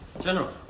General